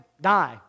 die